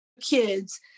kids